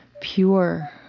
pure